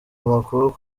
amakuru